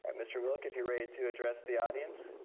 and mr. wilk, if you're ready to address the audience,